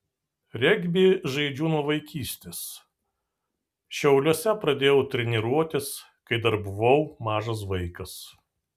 regbį žaidžiu nuo vaikystės šiauliuose pradėjau treniruotis kai dar buvau mažas vaikas